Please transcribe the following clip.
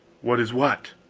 what is what?